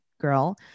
girl